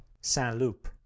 Saint-Loup